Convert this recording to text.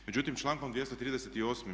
Međutim, člankom 238.